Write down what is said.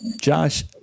Josh